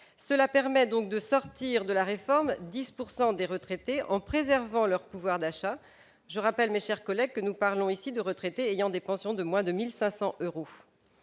Cela permet de sortir de la réforme 10 % de retraités, en préservant leur pouvoir d'achat. Je rappelle, mes chers collègues, que nous parlons ici de retraités ayant des pensions de moins de 1 500 euros.